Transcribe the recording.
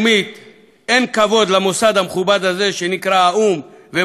אין כבוד למוסד המכובד הזה שנקרא האו"ם ומועצת הביטחון,